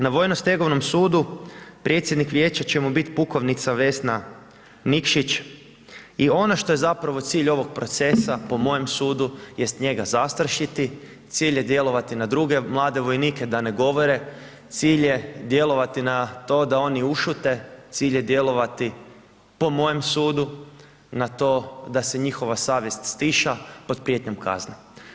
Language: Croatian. Na Vojno-stegovnom sudu predsjednik vijeća će mu biti pukovnica Vesna Nikšić i ono što je zapravo cilj ovog procesa, po mojem sudu jest njega zastrašiti, cilj je djelovati na druge mlade vojnike da ne govore, cilj je djelovati na to da oni ušute, cilj je djelovati, po mojem sudu, na to da se njihova savjest stiša pod prijetnjom kazne.